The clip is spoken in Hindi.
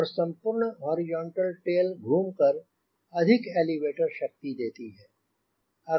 और संपूर्ण हॉरिजॉन्टल टेल घूम कर अधिक एलीवेटर शक्ति देती है